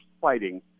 fighting